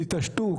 תתעשתו.